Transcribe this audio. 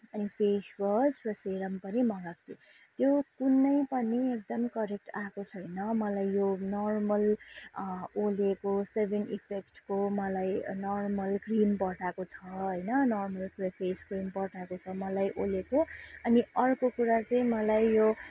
अनि face wash र serum पनि मगाएको थिएँ त्यो कुनै पनि एकदम करेक्ट आएको छैन मलाई यो नर्मल ओलेको सेभेन इफेक्टको मलाई नर्मल क्रिम पठाएको छ होइन नर्मल फेस क्रिम पठाएको छ मलाई ओलेको अनि अर्को कुरा चाहिँ मलाई यो